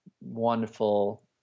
wonderful